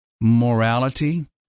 morality